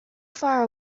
far